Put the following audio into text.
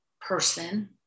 person